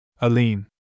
Aline